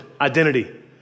identity